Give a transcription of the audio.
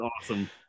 awesome